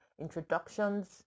introductions